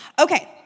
Okay